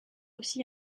aussi